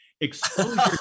exposure